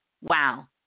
Wow